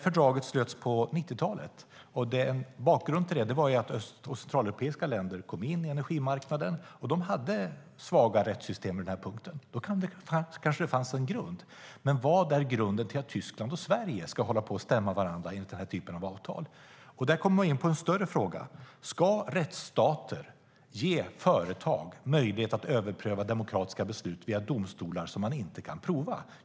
Fördraget slöts på 1990-talet, och bakgrunden till det var att öst och centraleuropeiska länder kom in i energimarknaden. De hade svaga rättssystem på den här punkten, och då kanske det fanns en grund. Men vad är grunden för att Tyskland och Sverige ska hålla på och stämma varandra i den här typen av avtal? Där kommer man in på en större fråga, nämligen om rättsstater ska ge företag möjlighet att överpröva demokratiska beslut via domstolar man inte kan prova.